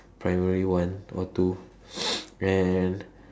primary one or two and